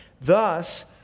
Thus